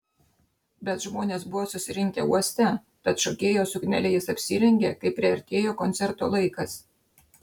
bet žmonės buvo susirinkę uoste tad šokėjos suknele jis apsirengė kai priartėjo koncerto laikas